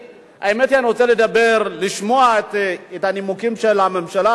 האמת היא, אני רוצה לשמוע את הנימוקים של הממשלה,